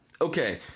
okay